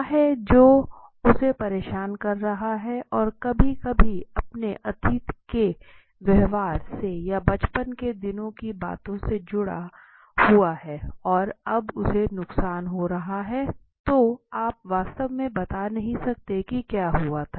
क्या है जो उसे परेशान कर रहा है और कभी कभी अपने अतीत के व्यवहार से या बचपन के दिनों की बातों के साथ जुड़ा हुआ है और अब उसे नुकसान हो रहा है तो आप वास्तव में बता नहीं सकते कि क्या हुआ था